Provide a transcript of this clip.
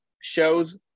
shows